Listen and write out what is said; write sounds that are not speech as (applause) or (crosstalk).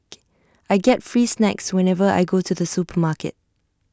(noise) I get free snacks whenever I go to the supermarket